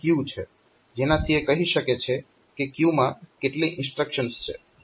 જેનાથી એ કહી શકે છે કે ક્યુ માં કેટલી ઇન્સ્ટ્રક્શન્સ છે